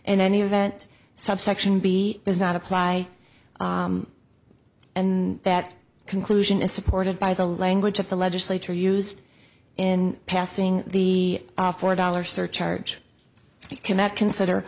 in any event subsection b does not apply and that conclusion is supported by the language of the legislature used in passing the four dollar surcharge you cannot consider